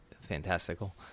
fantastical